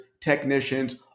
technicians